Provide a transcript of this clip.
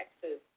Texas